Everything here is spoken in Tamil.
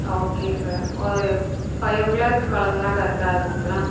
ஓகே சார் ஒரு ஃபை ஓ கிளாக் கிளம்னா கரெக்ட்டாக இருக்கும்ங்ளா